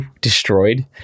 destroyed